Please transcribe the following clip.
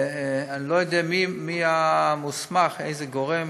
אני לא יודע מי המוסמך, איזה גורם